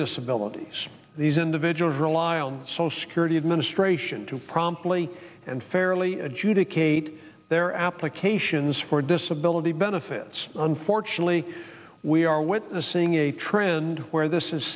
disabilities these individuals rely on social security administration to promptly and fairly adjudicate their applications for disability benefits unfortunately we are witnessing a trend where this is